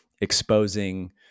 exposing